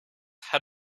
had